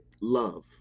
love